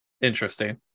Interesting